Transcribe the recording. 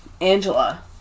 Angela